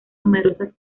numerosas